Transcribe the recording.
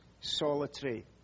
solitary